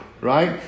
right